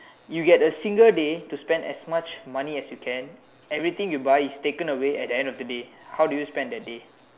you get a single day to spend as much money as you can everything you buy is taken away at the end of the day how do you spend that day